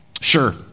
Sure